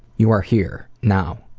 you are here, now,